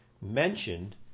mentioned